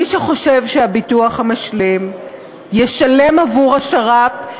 מי שחושב שהביטוח המשלים ישלם עבור השר"פ,